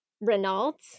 Renault